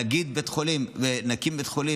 להגיד: נקים בית חולים,